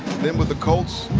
then with the colts.